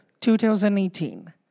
2018